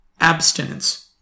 Abstinence